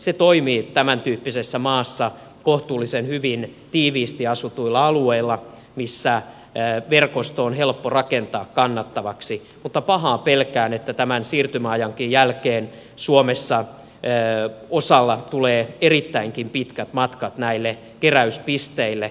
se toimii tämäntyyppisessä maassa kohtuullisen hyvin tiiviisti asutuilla alueilla missä verkosto on helppo rakentaa kannattavaksi mutta pahaa pelkään että tämän siirtymäajankin jälkeen suomessa osalla tulee erittäinkin pitkät matkat näille keräyspisteille